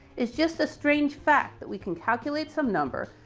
it's just a strange fact that we can calculate some number,